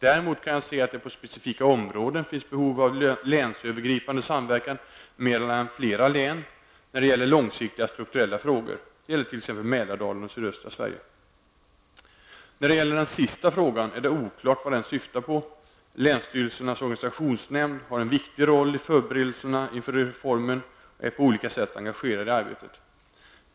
Däremot kan jag se att det på specifika områden finns behov av länsövergripande samverkan mellan flera län när det gäller långsiktiga strukturella frågor. Det gäller t.ex. När det gäller den sista frågan är det oklart vad den syftar på -- Länsstyrelsernas organisationsnämnd har en viktig roll i förberedelserna inför reformen och är på olika sätt engagerad i arbetet.